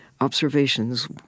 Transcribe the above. observations